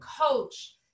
coach